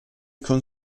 con